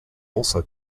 also